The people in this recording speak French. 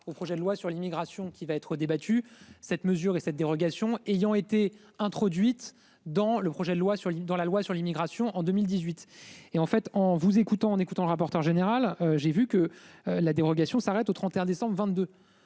au projet de loi sur l'immigration qui va être débattu. Cette mesure et cette dérogation ayant été introduite dans le projet de loi sur l'île dans la loi sur l'immigration en 2018 et en fait, en vous écoutant, en écoutant rapporteur général. J'ai vu que la dérogation s'arrête au 31 décembre 22.